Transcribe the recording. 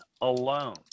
alone